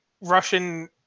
Russian